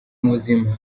muzima